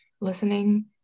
listening